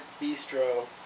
bistro